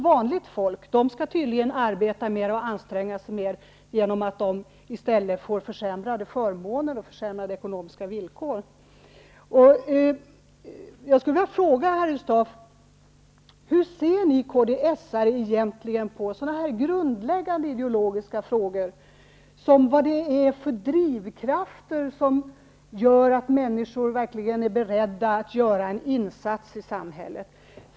Vanligt folk däremot skall tydligen arbeta mer och anstränga sig mer, därför att de får försämrade förmåner och ekonomiska villkor. Harry Staaf! Hur ser ni kds:are egentligen på så grundläggande ideologiska frågor som denna: Vilken drivkraft är det som gör att människor blir beredda att göra en insats i samhället?